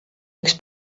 üks